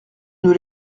nous